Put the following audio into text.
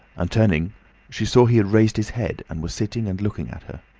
and turning she saw he had raised his head and was sitting and looking at her.